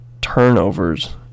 turnovers